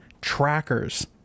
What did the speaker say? trackers